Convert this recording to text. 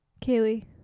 kaylee